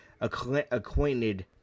acquainted